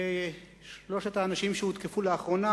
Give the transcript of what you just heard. ושלושת האנשים שהותקפו לאחרונה,